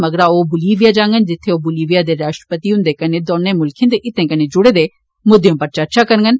मगरा ओह बोलिविया जांडन जित्थे ओह बोलिविया दे राश्ट्रपति हुन्दे कन्नै दौने मुल्खें दे हितें कन्नै जुड़े दे मुद्दे उप्पर चर्चा करड़न